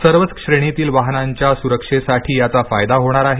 सर्वच श्रेणीतील वाहनांच्या सुरक्षेसाठी याचा फायदा होणार आहे